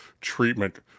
treatment